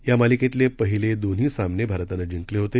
या मालिकेतले पहिले दोन्ही सामने भारतानं जिंकले होते